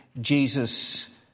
Jesus